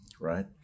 Right